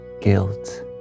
guilt